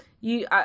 you-